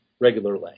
regularly